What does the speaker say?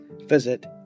Visit